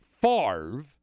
Favre